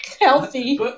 healthy